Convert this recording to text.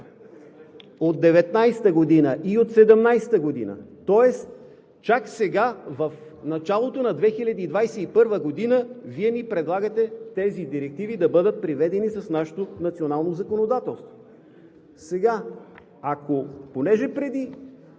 От 2019-а и от 2017 г. Тоест, чак сега – в началото на 2021 г., Вие ми предлагате тези директиви да бъдат приведени с нашето национално законодателство. Понеже преди